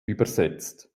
übersetzt